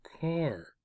car